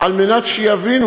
כדי שיבינו